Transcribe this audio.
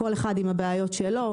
כל אחד עם הבעיות שלו.